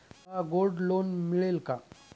मला gold loan मिळेल का?